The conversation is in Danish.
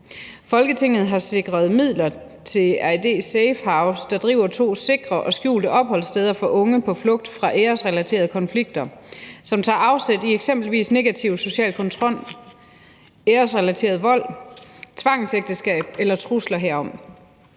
Folketinget har sikret midler til RED Safehouse, der driver to sikre og skjulte opholdssteder for unge på flugt fra æresrelaterede konflikter, som tager afsæt i eksempelvis negativ social kontrol, æresrelateret vold, tvangsægteskab eller trusler herom.